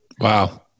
Wow